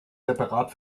separat